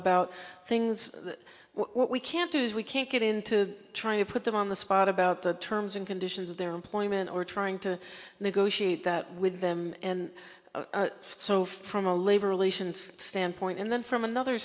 about things what we can't do is we can't get in to trying to put them on the spot about the terms and conditions of their employment or trying to negotiate that with them and so from a labor relations standpoint and then from another